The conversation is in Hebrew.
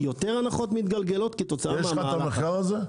יותר הנחות מתגלגלות כתוצאה מהמהלך הזה.